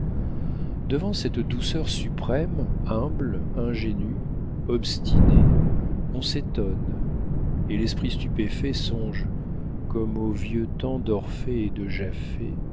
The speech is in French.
devant cette douceur suprême humble ingénue obstinée on s'étonne et l'esprit stupéfait songe comme aux vieux temps d'orphée et de